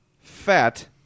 fat